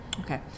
Okay